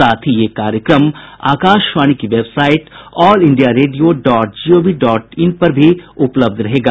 साथ ही ये कार्यक्रम आकाशवाणी की website all India radio dot G O V dot I N पर भी उपलब्ध रहेगा